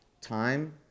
time